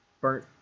burnt